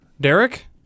Derek